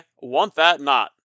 want-that-not